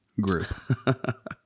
group